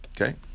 Okay